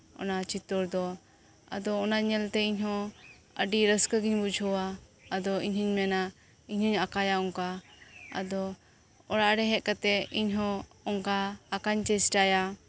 ᱚᱱᱟ ᱪᱤᱛᱟᱹᱨ ᱫᱚ ᱟᱫᱚ ᱚᱱᱟ ᱧᱮᱞᱛᱮ ᱤᱧᱦᱚ ᱟᱹᱰᱤ ᱨᱟᱹᱥᱠᱟᱹᱜᱤᱧ ᱵᱩᱡᱷᱟᱹᱣᱟ ᱟᱫᱚ ᱤᱧᱦᱚᱧ ᱢᱮᱱᱟ ᱤᱧᱦᱚᱧ ᱟᱠᱟᱭᱟ ᱚᱱᱠᱟ ᱟᱫᱚ ᱚᱲᱟᱜ ᱨᱮ ᱦᱮᱡ ᱠᱟᱛᱮᱜ ᱤᱧᱦᱚ ᱚᱱᱠᱟ ᱟᱠᱟᱧ ᱪᱮᱥᱴᱟᱭᱟ